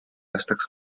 aastaks